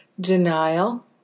denial